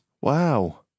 Wow